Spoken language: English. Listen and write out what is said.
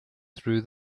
through